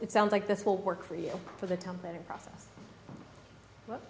it sounds like this will work for you for the